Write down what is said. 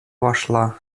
вошла